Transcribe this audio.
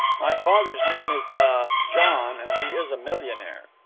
my father's name is ah john, and he is a millionaire.